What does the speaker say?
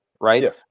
Right